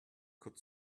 could